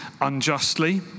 unjustly